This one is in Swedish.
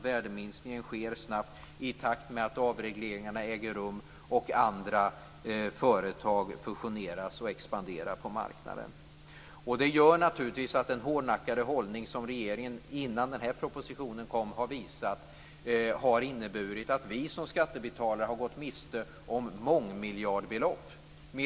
Värdeminskningen sker snabbt, i takt med att avregleringarna äger rum och andra företag fusioneras och expanderar på marknaden. Det gör naturligtvis att den hårdnackade hållning som regeringen har visat, innan den här propositionen kom, har inneburit att vi som skattebetalare har gått miste om mångmiljardbelopp.